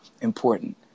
important